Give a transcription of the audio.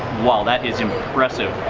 wow, that is impressive.